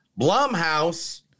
Blumhouse